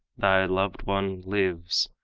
thy loved one lives,